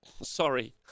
Sorry